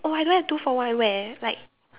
oh I don't have two for one where like